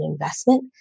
investment